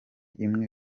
imwe